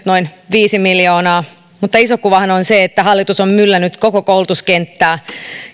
noin viisi miljoonaa mutta iso kuvahan on se että hallitus on myllännyt koko koulutuskenttää